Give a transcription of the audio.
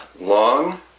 long